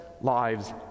lives